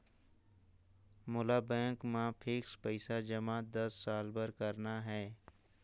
मोला बैंक मा फिक्स्ड पइसा जमा दस साल बार करना हे?